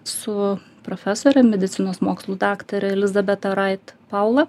su profesore medicinos mokslų daktare elizabeta rait paula